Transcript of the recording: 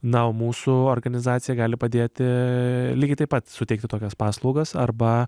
na o mūsų organizacija gali padėti lygiai taip pat suteikti tokias paslaugas arba